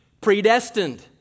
predestined